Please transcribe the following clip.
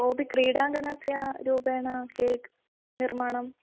कोऽपि क्रीडाङ्गणस्य रूपेण केक् निर्माणम्